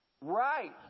Right